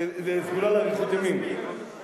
זו סגולה לאריכות ימים.